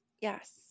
Yes